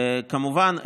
כמובן,